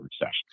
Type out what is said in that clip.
recession